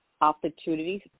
opportunities